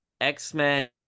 X-Men